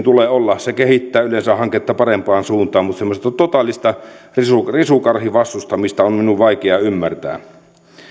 tulee olla se kehittää yleensä hanketta parempaan suuntaan mutta semmoista totaalista risukarhivastustamista on minun vaikea ymmärtää